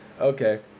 Okay